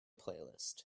playlist